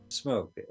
Smoke